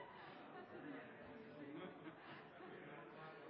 ja, det